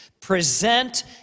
present